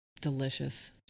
Delicious